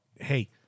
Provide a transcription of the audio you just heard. hey